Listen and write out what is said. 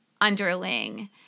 underling